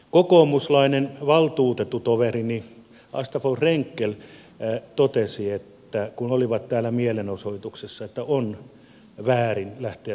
kokoomuslainen valtuutettutoverini asta von frenckell totesi kun he olivat täällä mielenosoituksessa että on väärin lähteä sulkemaan näitä sairaaloita